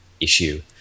issue